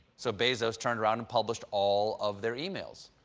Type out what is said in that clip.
so bezos turned around and published all of their emails.